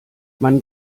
man